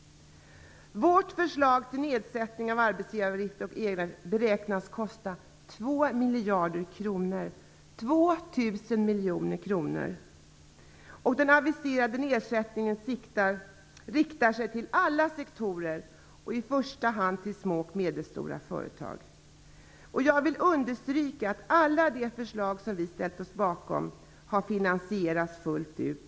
Vårt förslag till nedsättning av arbetsgivar och egenavgifter beräknas kosta 2 miljarder kronor, 2000 Den aviserade nedsättningen riktar sig till alla sektorer och i första hand till små och medelstora företag. Jag vill understryka att alla de förslag som vi har ställt oss bakom har finansierats fullt ut.